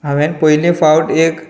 हांवें पयलें फावट एक